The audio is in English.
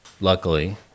luckily